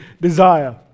desire